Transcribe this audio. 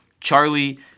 Charlie